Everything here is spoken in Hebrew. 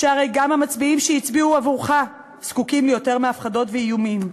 הרי גם המצביעים שהצביעו עבורך זקוקים ליותר מהפחדות ואיומים,